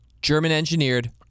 German-engineered